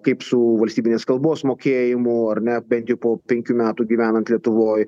kaip su valstybinės kalbos mokėjimu ar ne bent jau po penkių metų gyvenant lietuvoj